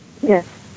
Yes